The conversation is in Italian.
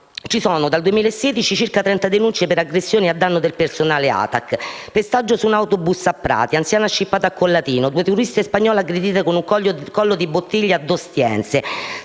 stati, dal 2016: circa trenta denunce per aggressioni a danno del personale ATAC, un pestaggio su un autobus a Prati, un anziano scippato al Collatino, due turiste spagnole aggredite con un collo di bottiglie ad Ostiense,